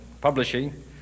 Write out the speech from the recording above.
publishing